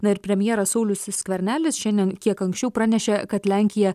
na ir premjeras saulius skvernelis šiandien kiek anksčiau pranešė kad lenkija